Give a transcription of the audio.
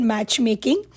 Matchmaking